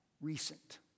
recent